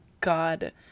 God